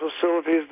facilities